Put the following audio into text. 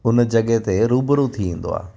हुन जॻह ते रूबरू थी ईंदो आहे